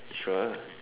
sure